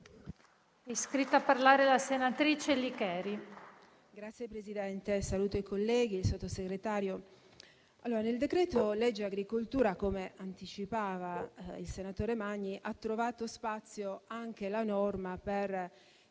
iscritta a parlare la senatrice Licheri